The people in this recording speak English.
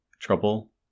trouble